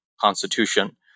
constitution